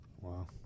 Wow